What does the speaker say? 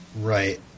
Right